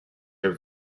are